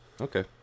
Okay